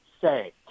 say